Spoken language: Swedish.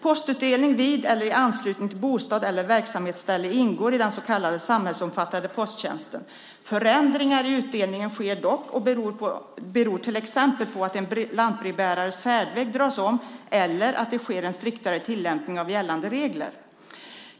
Postutdelning vid eller i anslutning till bostad eller verksamhetsställe ingår i den så kallade samhällsomfattande posttjänsten. Förändringar i utdelningen sker dock och beror till exempel på att en lantbrevbärares färdväg dras om eller att det sker en striktare tillämpning av gällande regler.